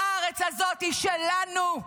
הארץ הזאת היא שלנו,